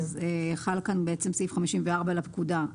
חל כאן סעיף 54 לפקודה.